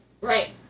Right